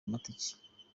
amatike